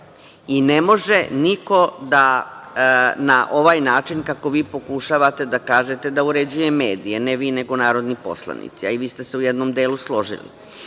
i ne može niko da na ovaj način, kako vi pokušavate da kažete, da uređuje medije, ne vi, nego narodni poslanici, a i vi ste se u jednom delu složili.